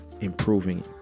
improving